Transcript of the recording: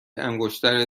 انگشتر